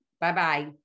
Bye-bye